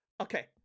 Okay